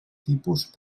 tipus